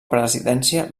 presidència